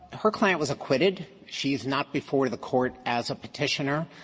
her client was acquitted. she's not before the court as a petitioner,